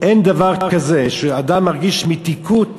אין דבר כזה שאדם מרגיש מתיקות